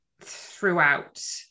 throughout